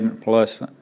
Plus